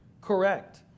Correct